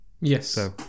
Yes